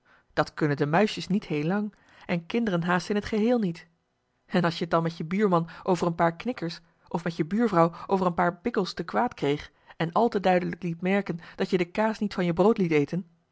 dat kunnen de muisjes niet heel lang en kinderen haast in t geheel niet en als je t dan met je buurman over een paar knikkers of met je buurvrouw over een paar bikkels te kwaad kreeg en al te duidelijk liet merken dat je de kaas niet van je brood liet eten